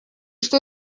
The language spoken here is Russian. что